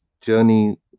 journey